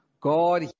God